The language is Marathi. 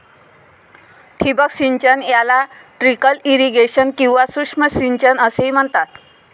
ठिबक सिंचन याला ट्रिकल इरिगेशन किंवा सूक्ष्म सिंचन असेही म्हणतात